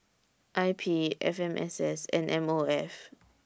I P F M S S and M O F